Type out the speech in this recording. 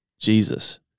Jesus